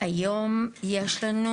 היום, יש לנו